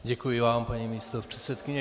Děkuji vám, paní místopředsedkyně.